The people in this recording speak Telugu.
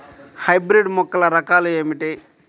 హైబ్రిడ్ మొక్కల రకాలు ఏమిటీ?